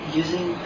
using